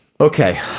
Okay